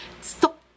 stop